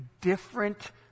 different